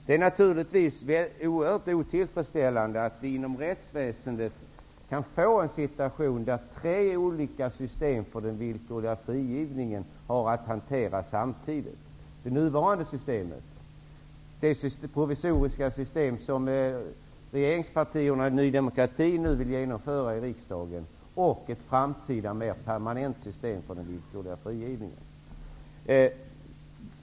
Det är naturligtvis oerhört otillfredsställande att vi inom rättsväsendet kan få en situation där man har tre olika system för den villkorliga frigivningen att hantera samtidigt; det nuvarande systemet, det provisoriska system som regeringspartierna och Ny demokrati nu vill genomföra och ett framtida mer permanent system för den villkorliga frigivningen.